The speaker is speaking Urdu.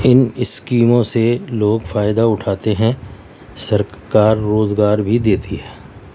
ان اسکیموں سے لوگ فائدہ اٹھاتے ہیں سرکار روزگار بھی دیتی ہے